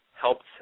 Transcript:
helped